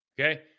Okay